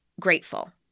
grateful